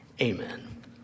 amen